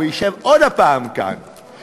הוא ישב עוד הפעם כאן,